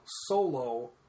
solo